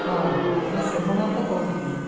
ହଁ ମୁଁ ସୋମନାଥ କହୁଥିଲି